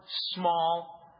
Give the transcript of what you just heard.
small